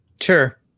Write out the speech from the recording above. sure